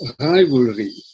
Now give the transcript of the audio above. rivalry